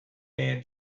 man